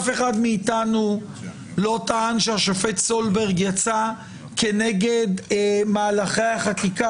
אף אחד מאתנו לא טען שהשופט סולברג יצא כנגד מהלכי החקיקה.